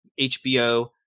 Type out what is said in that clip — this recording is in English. HBO